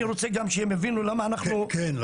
אני רוצה גם שהם יבינו למה אנחנו --- כן,